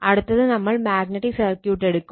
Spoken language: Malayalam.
അടുത്തത് നമ്മൾ മാഗ്നറ്റിക് സർക്യൂട്ട് എടുക്കും